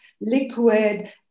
liquid